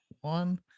one